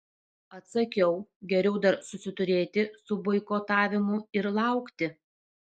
atsakiau geriau dar susiturėti su boikotavimu ir laukti